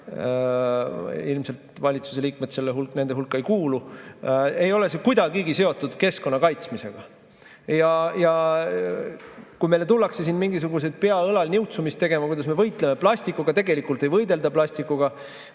ilmselt valitsuse liikmed nende hulka ei kuulu –, ei ole see kuidagigi seotud keskkonna kaitsmisega. Ja kui meile tullakse siin mingisugust pea õlal niutsumist tegema, kuidas me võitleme plastikuga, siis tegelikult ei võidelda plastikuga.